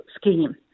scheme